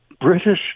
British